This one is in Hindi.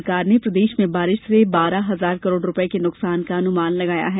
सरकार ने प्रदेश में बारिश से बारह हजार करोड़ रुपये के नुकसान का अनुमान लगाया है